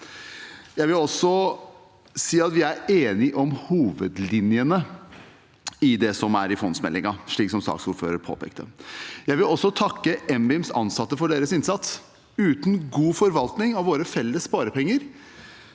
Jeg vil også si at vi er enige om hovedlinjene i det som er i fondsmeldingen, slik saksordføreren påpekte. Jeg vil også takke NBIMs ansatte for deres innsats. Uten god forvaltning av våre felles sparepenger